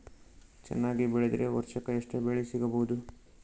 ಚೆನ್ನಾಗಿ ಬೆಳೆದ್ರೆ ವರ್ಷಕ ಎಷ್ಟು ಬೆಳೆ ಸಿಗಬಹುದು?